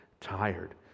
tired